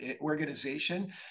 organization